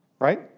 Right